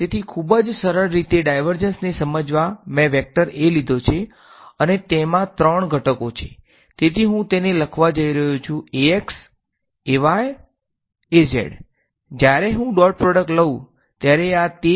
તેથી ખૂબ જ સરળ રીતે ડાયવર્ઝન્સ ને સમજવા મેં વેક્ટર a લીધો છે અને તેમાં ત્રણ ઘટકો છે તેથી હું તેને લખવા જઇ રહ્યો છું જ્યારે હું ડોટ પ્રોડક્ટ લઉં ત્યારે આ તે